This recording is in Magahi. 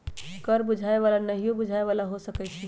कर बुझाय बला आऽ नहियो बुझाय बला हो सकै छइ